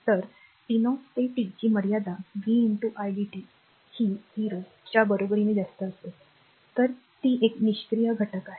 तर t 0 ते t ची मर्यादा v idt ही 0 च्या बरोबरीने जास्त असेल तर ती एक निष्क्रीय घटक आहेत